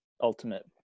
ultimate